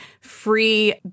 free